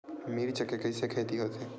मिर्च के कइसे खेती होथे?